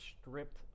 stripped